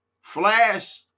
Flash